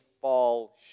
fall